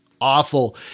awful